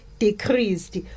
decreased